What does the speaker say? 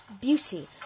beauty